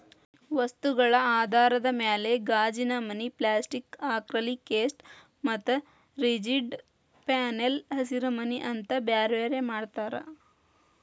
ವಸ್ತುಗಳ ಆಧಾರದ ಮ್ಯಾಲೆ ಗಾಜಿನಮನಿ, ಪ್ಲಾಸ್ಟಿಕ್ ಆಕ್ರಲಿಕ್ಶೇಟ್ ಮತ್ತ ರಿಜಿಡ್ ಪ್ಯಾನೆಲ್ ಹಸಿರಿಮನಿ ಅಂತ ಬ್ಯಾರ್ಬ್ಯಾರೇ ಮಾಡ್ತಾರ